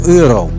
euro